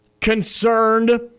concerned